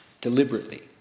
deliberately